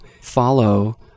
follow